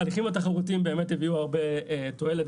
ההליכים התחרותיים הביאו הרבה תועלת,